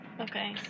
Okay